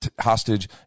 hostage